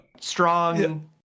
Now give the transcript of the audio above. strong